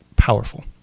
Powerful